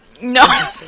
No